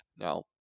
No